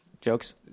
Jokes